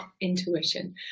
intuition